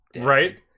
Right